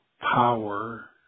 power